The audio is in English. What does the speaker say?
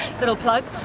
little plug